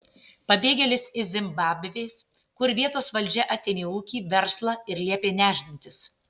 pabėgėlis iš zimbabvės kur vietos valdžia atėmė ūkį verslą ir liepė nešdintis